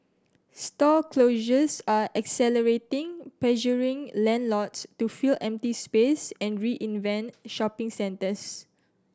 store closures are accelerating pressuring landlords to fill empty space and reinvent shopping centres